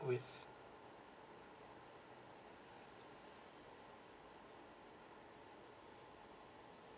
with